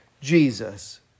Jesus